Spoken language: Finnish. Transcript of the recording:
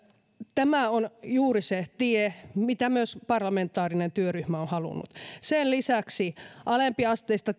tämä on juuri se tie mitä myös parlamentaarinen työryhmä on halunnut sen lisäksi alempiasteista